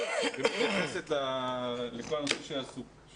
הצעה שמתייחסת לכל הנושא של